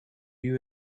you